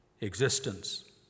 existence